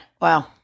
Wow